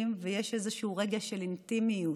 נפסקים ויש איזשהו רגע של אינטימיות.